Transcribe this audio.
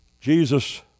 Jesus